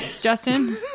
Justin